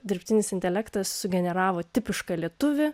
dirbtinis intelektas sugeneravo tipišką lietuvį